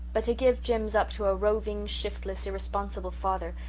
but to give jims up to a roving, shiftless, irresponsible father,